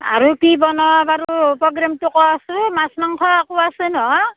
আৰু কি বনোৱা বাৰু প্ৰগ্ৰামটো কোৱাচোন মাছ মাংস একো আছে নহয়